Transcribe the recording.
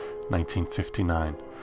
1959